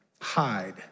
hide